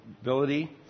ability